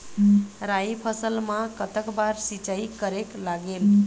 राई फसल मा कतक बार सिचाई करेक लागेल?